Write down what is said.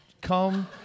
Come